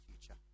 future